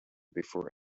before